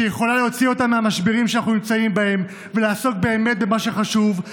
שיכולה להוציא אותם מהמשברים שאנחנו נמצאים בהם ולעסוק באמת במה שחשוב.